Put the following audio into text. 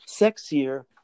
sexier